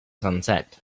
sunset